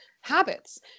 habits